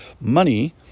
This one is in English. money